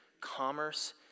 commerce